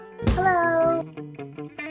Hello